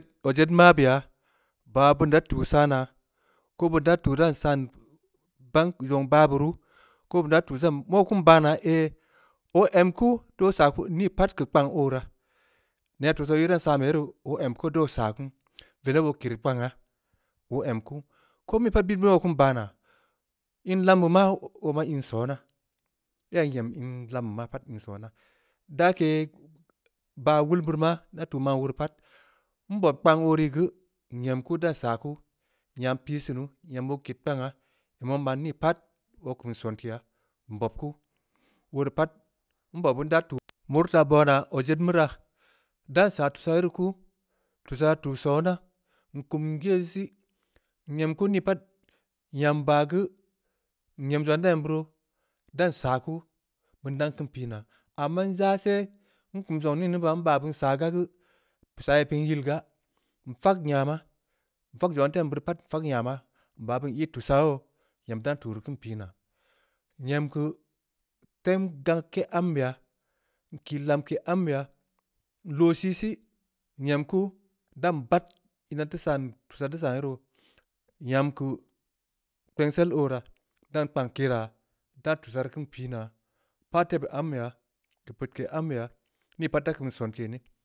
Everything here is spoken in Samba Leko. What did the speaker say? Odjed mabeya, baa beun da tuu saa naa, ko beun da ran tuu saan bank, zong baa beh ruu, koo beun da tuu san, mauw keun baa naa, oo em kuu, da oo saa kuu, nii pat keu kpangha oo raa, nenaa tuu ii dan saa beh ye roo, oo em keun da oo saa kuu, veneb oo kerii kpangha, oo em kuu, koo nii pat bit bai keun baa naa, in lambe maa, oo maa in sonaa, neyha em in lambe ma pat in sonaa, daake baa wul beurii ma nda tuu man wo reu ma, nbob kpang oo ri geu n-em kuu, da nsaa ku, nyam pii sunu, nyam oo ked kpangha, nyam oo maan nii pat, oo kum sonkeya, nbob kuu, woreu pat, nbob ya geu nda tuu, meurii taa baa naa, odejed meu raa, ndan nsaa tuusaa yerii kuu, tusaa tuu sona, nkum ye sii, nyem ko nii pat, nyam baa geu, nyem zong aah nteu em beu roo, dan saa kuu, beun dan keun pii naa, amma njah seh, nkum zong ningni bah, nbaa, beun saa gaa geu, tu saa ii piin yil gaa, nfak nyama, nfak zongha nteu em beu rii pat nfak nyama, nbaa beun ii tussah youw, nyam dan tuu rii keun pii naa, nyam keu tem gakke ambeya, nkii lamke ambeya, nloo sii sih, nyam kuu, dan nbad tussak nteu san ye roo, nyam keu kepngsel oo raa, dan kpang keraa, dan tussah rii keun pii naa, npah tebeu ambeya, keu peudke ambeya, ni pat da kum sonke ne.